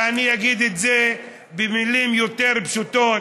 ואני אגיד את זה במילים יותר פשוטות: